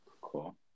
Cool